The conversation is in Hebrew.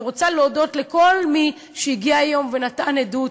אני רוצה להודות לכל מי שהגיע היום ונתן עדות.